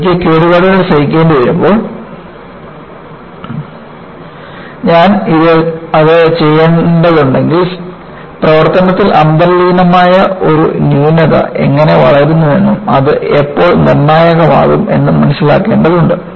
എനിക്ക് കേടുപാടുകൾ സഹിക്കേണ്ടിവരുമ്പോൾ ഞാൻ അത് ചെയ്യേണ്ടതുണ്ടെങ്കിൽ പ്രവർത്തനത്തിൽ അന്തർലീനമായ ഒരു ന്യൂനത എങ്ങനെ വളരുന്നുവെന്നും അത് എപ്പോൾ നിർണായകമാകുമെന്നും മനസ്സിലാക്കേണ്ടതുണ്ട്